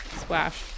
splash